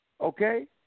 Okay